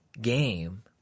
game